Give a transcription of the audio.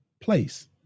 place